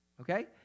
okay